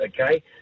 okay